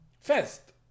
First